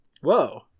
Whoa